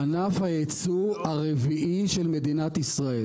ענף הייצוא הרביעי של מדינת ישראל,